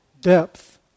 depth